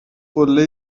قله